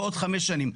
בעוד חמש שנים,